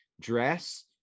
dress